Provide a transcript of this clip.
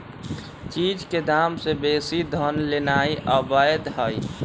चीज के दाम से बेशी धन लेनाइ अवैध हई